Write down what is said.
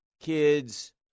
kids